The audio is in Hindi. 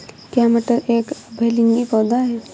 क्या मटर एक उभयलिंगी पौधा है?